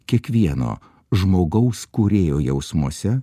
kiekvieno žmogaus kūrėjo jausmuose